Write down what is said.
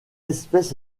espèce